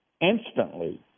instantly